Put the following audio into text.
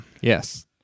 Yes